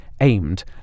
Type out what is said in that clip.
aimed